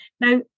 now